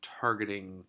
targeting